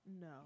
No